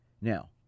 Now